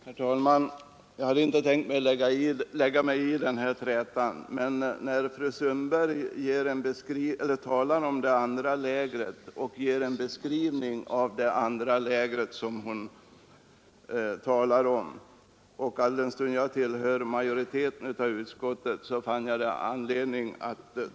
Herr talman! Jag hade inte tänkt lägga mig i den här trätan, men alldenstund jag tillhör majoriteten i utskottet fann jag anledning att ta till orda när fru Sundberg beskrev ”det andra lägret”.